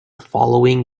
following